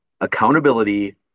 accountability